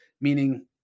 meaning –